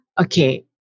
Okay